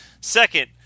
Second